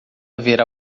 haver